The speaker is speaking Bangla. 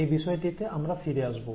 এ বিষয়টিতে আমরা ফিরে আসবো